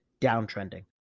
downtrending